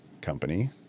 company